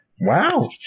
Wow